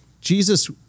Jesus